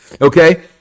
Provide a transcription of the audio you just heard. Okay